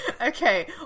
Okay